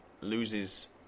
loses